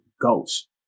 ghost